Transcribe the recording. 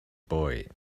boy